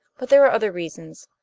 but there are other reasons.